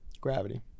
Gravity